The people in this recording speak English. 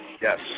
Yes